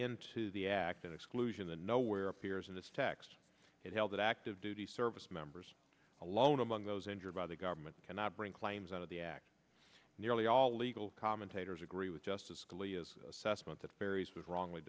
into the act in exclusion the nowhere appears in this text it held that active duty service members alone among those injured by the government cannot bring claims out of the act nearly all legal commentators agree with justice